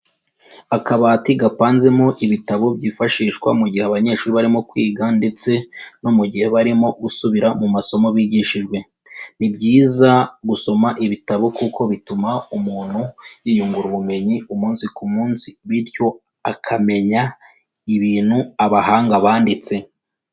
Akabati gapanzemo ibitabo byifashishwa mu gihe abanyeshuri barimo kwiga ndetse no mu gihe barimo gusubira mu masomo bigishijwe. Ni byiza gusoma ibitabo kuko bituma umuntu yiyungura ubumenyi umunsi ku munsi, bityo akamenya ibintu abahanga banditse.